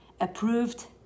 approved